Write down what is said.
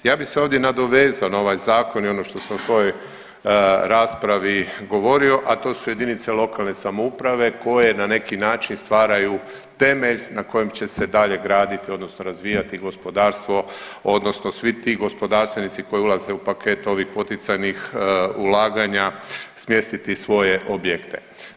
Ja bi se ovdje nadovezao na ovaj zakon i ono što sam u svojoj raspravi govorio, a to su JLS koje na neki način stvaraju temelj na kojem će se dalje graditi odnosno razvijati gospodarstvo odnosno svi ti gospodarstvenici koji ulaze u paket ovih poticajnih ulaganja smjestiti svoje objekte.